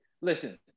Listen